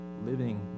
living